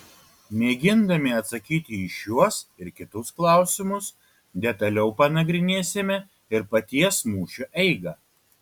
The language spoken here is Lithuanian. mėgindami atsakyti į šiuos ir kitus klausimus detaliau panagrinėsime ir paties mūšio eigą